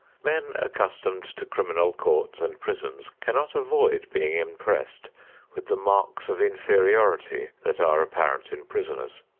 men accustomed to criminal courts and prisons cannot avoid being impressed with the marks of inferiority that are apparent in prisoners.